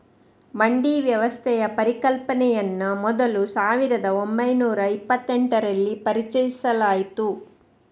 ಮಂಡಿ ವ್ಯವಸ್ಥೆಯ ಪರಿಕಲ್ಪನೆಯನ್ನ ಮೊದಲು ಸಾವಿರದ ಒಂಬೈನೂರ ಇಪ್ಪತೆಂಟರಲ್ಲಿ ಪರಿಚಯಿಸಲಾಯ್ತು